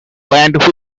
land